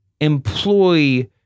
employ